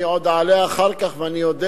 אני עוד אעלה אחר כך ואני אודה להם.